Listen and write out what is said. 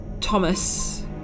Thomas